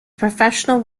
professional